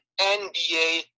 NBA